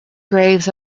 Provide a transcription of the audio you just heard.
graves